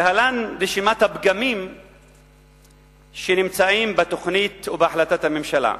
להלן רשימת הפגמים שנמצאים בתוכנית ובהחלטת הממשלה: